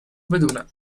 بدونم